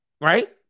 Right